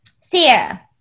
Sierra